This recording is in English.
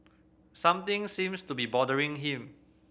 something seems to be bothering him